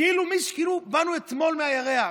כאילו באנו אתמול מהירח.